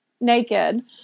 naked